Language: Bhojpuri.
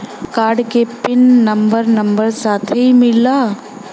कार्ड के पिन नंबर नंबर साथही मिला?